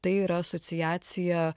tai yra asociacija